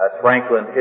Franklin